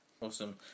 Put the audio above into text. Awesome